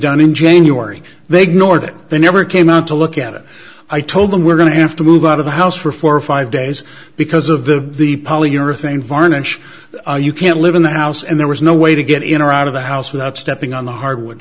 done in january they'd know it they never came out to look at it i told them we're going to have to move out of the house for four or five days because of the the polyurethane varnish you can't live in the house and there was no way to get in or out of the house without stepping on the hardwood